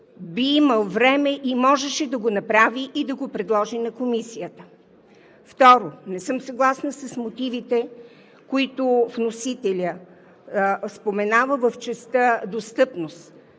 би имал време и можеше да направи и да го предложи на Комисията. Второ, не съм съгласна с мотивите, които вносителят споменава в частта „Достъпност“.